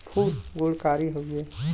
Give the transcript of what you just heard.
फूल गुणकारी हउवे